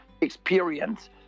experience